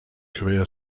career